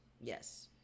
Yes